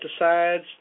pesticides